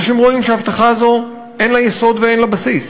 אנשים רואים שההבטחה הזאת אין לה יסוד ואין לה בסיס.